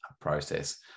process